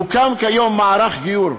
הוקם כיום מערך גיור,